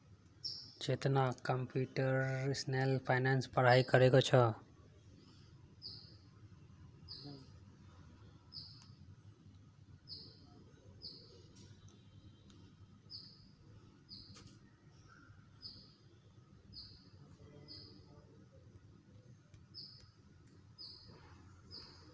Chetan computational फाइनेंसेर पढ़ाई कर छेक